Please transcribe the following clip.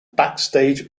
backstage